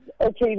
okay